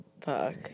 Fuck